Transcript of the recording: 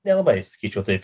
nelabai sakyčiau taip